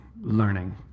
learning